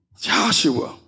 Joshua